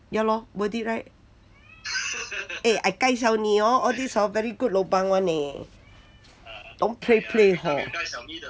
ya lor worth it [right] eh I gai siau 你 orh all of these hor very good lobang [one] eh don't play play hor